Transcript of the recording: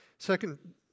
Second